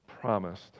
promised